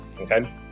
okay